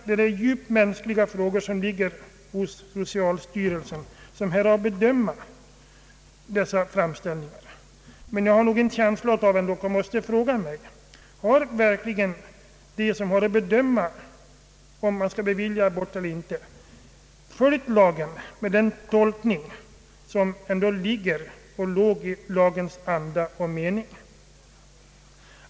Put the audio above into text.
Djupt mänskliga frågor förelägges socialstyrelsen, som har att bedöma framställningarna om abort. Jag måste fråga mig: Har verk ligen de som har att bedöma om en abortansökan skall beviljas eller inte följt lagen med den tolkning som ges med hänsyn tagen till lagens anda och mening?